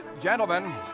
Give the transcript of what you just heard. Gentlemen